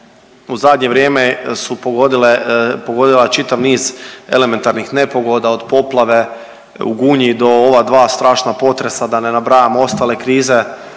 u zadnje vrijeme su pogodila čitav niz elementarnih nepogoda od poplave u Gunji do ova dva strašna potresa, da ne nabrajam ostale krize,